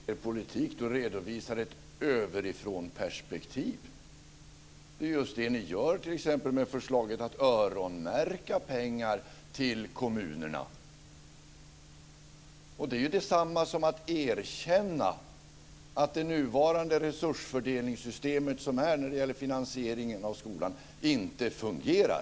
Fru talman! Hur kan det då komma sig att ni i er politik redovisar ett ovanifrånperspektiv? Det är just det ni gör t.ex. med förslaget att öronmärka pengar till kommunerna. Det är detsamma som att erkänna att det nuvarande resursfördelningssystemet när det gäller finansieringen av skolan inte fungerar.